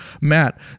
Matt